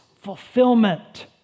fulfillment